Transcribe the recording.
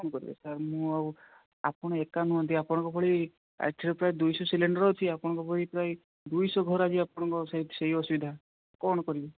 କ'ଣ କରିବା ସାର୍ ମୁଁ ଆଉ ଆପଣ ଏକା ନୁହଁନ୍ତି ଆପଣଙ୍କ ଭଳି ଏଠାରେ ପ୍ରାୟ ଦୁଇଶହ ସିଲିଣ୍ଡର୍ ଅଛି ଆପଣଙ୍କ ଭଳି ପ୍ରାୟ ଦୁଇଶହ ଘର ଆଜି ଆପଣଙ୍କ ସେଇ ଅସୁବିଧା କ'ଣ କରିବି